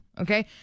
okay